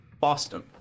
Boston